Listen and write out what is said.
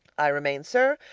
i remain, sir,